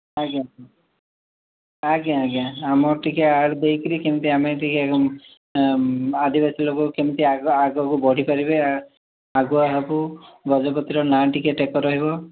ଆଜ୍ଞା ଆଜ୍ଞା ଆଜ୍ଞା ଆମ ଟିକିଏ ଆଡ଼୍ ଦେଇକରି କେମିତି ଆମେ ଟିକିଏ ଆଦିବାସୀ ଲୋକ କେମିତି ଆଗ ଆଗକୁ ବଢ଼ିପାରିବେ ଆଗୁଆ ହେବୁ ଗଜପତିର ନାଁ ଟିକିଏ ଟେକ ରହିବ